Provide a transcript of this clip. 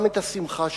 גם את השמחה שלו.